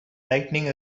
lighting